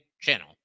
channel